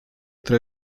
tra